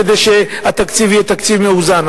כדי שהתקציב יהיה תקציב מאוזן.